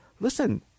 Listen